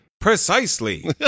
Precisely